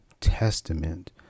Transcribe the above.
testament